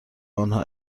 آنها